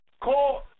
call